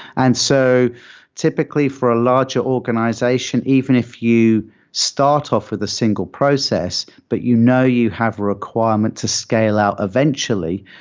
and so typically, for a larger organization, even if you start off with a single process but you know you have a requirement to scale out eventually,